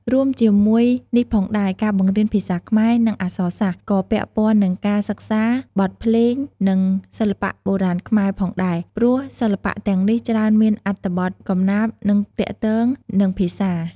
រួមជាមួយនេះផងដែរ ការបង្រៀនភាសាខ្មែរ និងអក្សរសាស្ត្រ ក៏ពាក់ព័ន្ធនឹងការសិក្សា បទភ្លេង និងសិល្បៈបុរាណខ្មែរ ផងដែរ ព្រោះសិល្បៈទាំងនេះច្រើនមានអត្ថបទកំណាព្យ និងទាក់ទងនឹងភាសា។